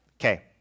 Okay